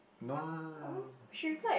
no no no no no no no